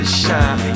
shine